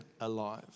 alive